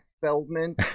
Feldman